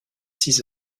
six